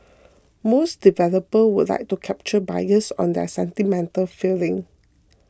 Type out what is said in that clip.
most developer would like to capture buyers on their sentimental feeling